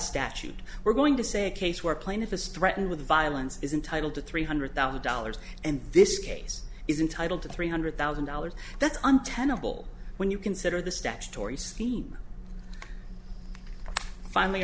statute we're going to say a case where plaintiff is threatened with violence is entitled to three hundred thousand dollars and this case is entitled to three hundred thousand dollars that's untenable when you consider the statutory scheme finally